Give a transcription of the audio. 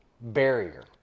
barrier